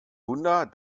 wunder